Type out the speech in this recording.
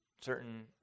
certain